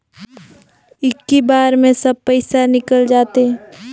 इक्की बार मे सब पइसा निकल जाते?